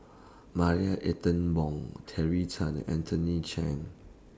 Marie Ethel Bong Terry Tan Anthony Chen